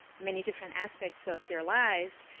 many different aspects of their lives,